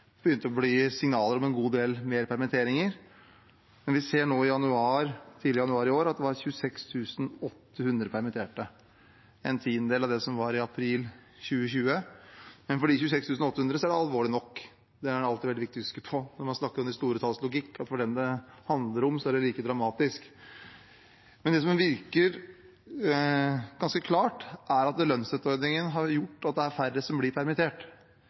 å se signaler om en god del flere permitteringer, men vi ser nå at det tidlig i januar i år var 26 800 permitterte – en tiendedel av antallet i april 2020, men for de 26 800 er det alvorlig nok. Det er det alltid veldig viktig å huske på når vi snakker om de store talls logikk, at for dem det handler om, er det like dramatisk. Men det som virker ganske klart, er at lønnsstøtteordningen har gjort at det er færre som blir permittert.